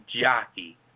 jockey